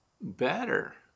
better